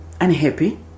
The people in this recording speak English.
unhappy